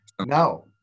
No